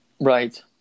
Right